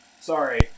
Sorry